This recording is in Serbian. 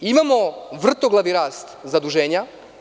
Imamo vrtoglavi rast zaduženja.